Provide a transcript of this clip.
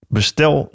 Bestel